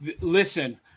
Listen